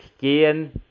gehen